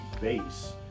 base